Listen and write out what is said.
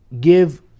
give